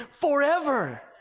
forever